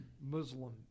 Muslim